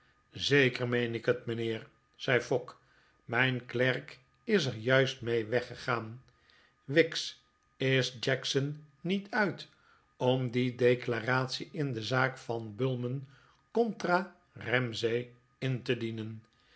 zeker meen ik het mijnheer zei fogg mijn klerk is er juist mee weggegaan wicks is jackson niet uit om die declaratie in de zaak van bullman contra ramsay in te dienen